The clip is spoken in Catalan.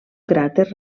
cràter